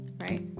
right